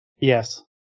Yes